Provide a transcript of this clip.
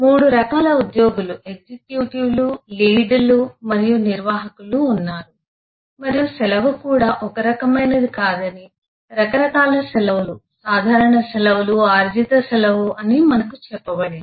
3 రకాల ఉద్యోగులు ఎగ్జిక్యూటివ్లు లీడ్లు మరియు నిర్వాహకులు ఉన్నారు మరియు సెలవు కూడా ఒక రకమైనది కాదని రకరకాల సెలవులు సాధారణ సెలవులు ఆర్జితసెలవు అని మనకు చెప్పబడింది